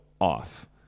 off